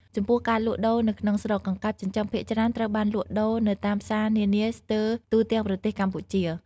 ចំពោះការលក់ដូរនៅក្នុងស្រុក កង្កែបចិញ្ចឹមភាគច្រើនត្រូវបានលក់ដូរនៅតាមផ្សារនានាស្ទើទូទាំងប្រទេសកម្ពុជា។